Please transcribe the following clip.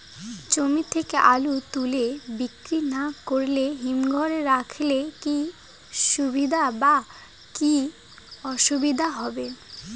জমি থেকে আলু তুলে বিক্রি না করে হিমঘরে রাখলে কী সুবিধা বা কী অসুবিধা হবে?